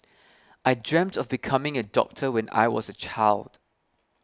I dreamt of becoming a doctor when I was a child